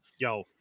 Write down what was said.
yo